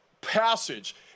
passage